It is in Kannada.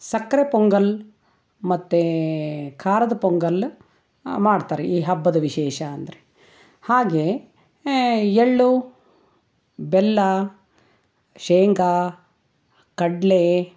ಸಕ್ಕರೆ ಪೊಂಗಲ್ ಮತ್ತು ಖಾರದ ಪೊಂಗಲ್ ಮಾಡ್ತಾರೆ ಈ ಹಬ್ಬದ ವಿಶೇಷ ಅಂದರೆ ಹಾಗೇ ಎಳ್ಳು ಬೆಲ್ಲ ಶೇಂಗಾ ಕಡಲೆ